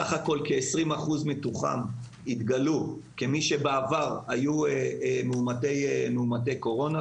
סך הכול 20% מתוכם התגלו כמי שבעבר היו מאומתי קורונה.